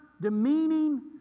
demeaning